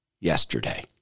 yesterday